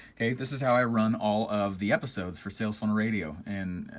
okay this is how i run all of the episode for sales funnel radio and,